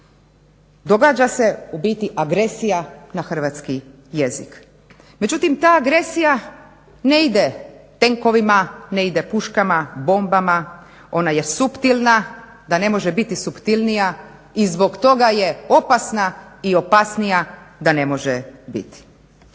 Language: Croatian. Događa se u biti agresija na hrvatski jezik. Međutim ta agresija ne ide tenkovima, ne ide puškama, bombama, ona je suptilna da ne može biti suptilnija i zbog toga je opasna i opasnija da ne može biti.